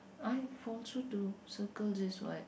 I've also to circle this what